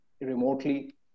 remotely